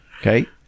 Okay